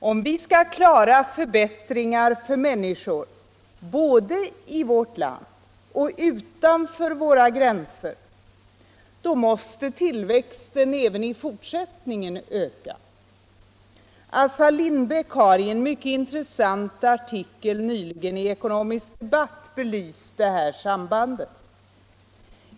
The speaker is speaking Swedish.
Om vi skall klara förbättringar för människor både i vårt land och utanför våra gränser måste tillväxten även i fortsättningen öka. Assar Lindbeck har i en mycket intressant artikel nyligen i Ekonomisk Debatt belyst det här sambandet.